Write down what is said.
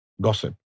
gossip